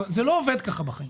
לא, זה לא עובד כך בחיים.